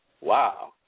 wow